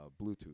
Bluetooth